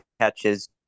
catches